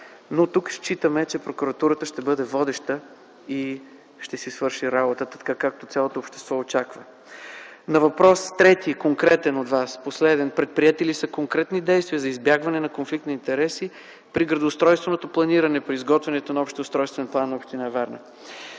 Но тук считаме, че прокуратурата ще бъде водеща и ще си свърши работата, както цялото общество очаква. На последния трети конкретен въпрос от Вас: Предприети ли са конкретни действия за избягване на конфликт на интереси при градоустройственото планиране при изготвянето на общия устройствен план на община Варна?